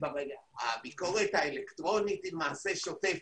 הביקורת האלקטרונית היא למעשה שוטפת.